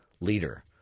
leader